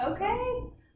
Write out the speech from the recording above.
okay